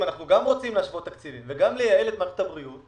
אם אנחנו גם רוצים להשוות תקציבים וגם לייעל את מערכת הבריאות,